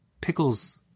pickles